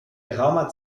geraumer